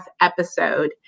episode